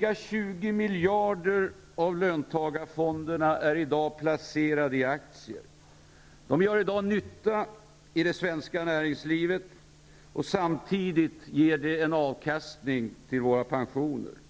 Ca 20 miljarder av löntagarfonderna är i dag placerade i aktier. De gör i dag nytta i det svenska näringslivet, och samtidigt ger de en avkastning till våra pensioner.